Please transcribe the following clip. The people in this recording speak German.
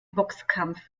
boxkampf